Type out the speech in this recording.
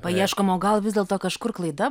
paieškom o gal vis dėlto kažkur klaida